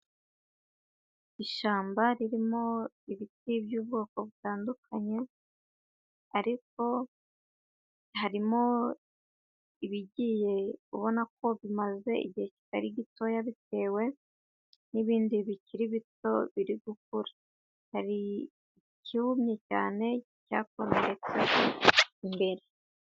Ishyamba ririmo ibiti by'ubwoko butandukanye ariko harimo ibigiye ubona ko bimaze igihe kitari gitoya bitewe n'ibindi bikiri bito biri gukura, hari icyumye cyane cyakomeretse imbere.